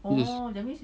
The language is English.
yes